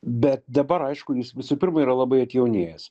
bet dabar aišku jis visų pirma yra labai atjaunėjęs